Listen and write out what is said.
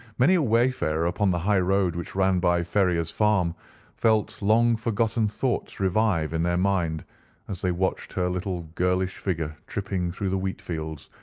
many a wayfarer upon the high road which ran by ferrier's farm felt long-forgotten thoughts revive in their mind as they watched her lithe girlish figure tripping through the wheatfields,